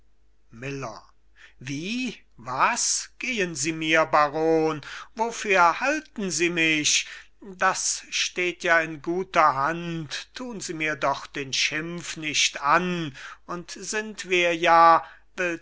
miller wie was gehen sie mir baron wofür halten sie mich das steht ja in guter hand thun sie mir doch den schimpf nicht an und sind wir ja